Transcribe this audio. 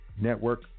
network